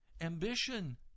ambition